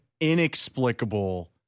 inexplicable